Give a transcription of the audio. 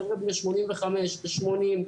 חבר'ה בני 85 ו-80,